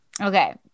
okay